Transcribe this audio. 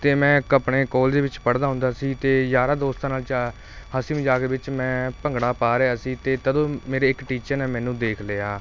ਅਤੇ ਮੈਂ ਇੱਕ ਆਪਣੇ ਕਾਲਜ ਵਿੱਚ ਪੜ੍ਹਦਾ ਹੁੰਦਾ ਸੀ ਅਤੇ ਯਾਰਾ ਦੋਸਤਾਂ ਨਾਲ ਜਾ ਹਾਸੀ ਮਜ਼ਾਕ ਵਿੱਚ ਮੈਂ ਭੰਗੜਾ ਪਾ ਰਿਹਾ ਸੀ ਅਤੇ ਤਦੋਂ ਮੇਰੇ ਇੱਕ ਟੀਚਰ ਨੇ ਮੈਨੂੰ ਦੇਖ ਲਿਆ